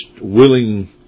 willing